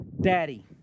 daddy